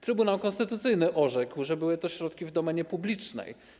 Trybunał Konstytucyjny orzekł, że były to środki w domenie publicznej.